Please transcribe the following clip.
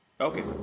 Okay